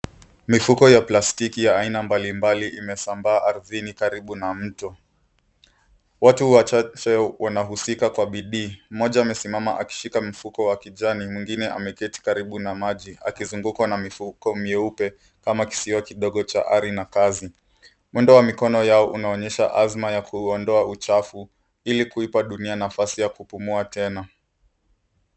Mifuko ya plastiki ya aina mbalimbali imesambaa ardhini karibu na mto. Watu wachache wanahusika kwa bidii. Mmoja amesimama akishika mfuko wa kijani. Mwengine ameketi karibu na maji akizungukwa na mifuko myeupe kama kisiwa kidogo cha ari na kazi. Mwendo wa mikono yao inaonyesha azma ya kuondoa uchafu ili kuipa dunia nafasi ya kupumua tena.